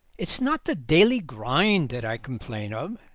it's not the daily grind that i complain of,